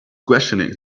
questioning